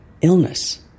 illness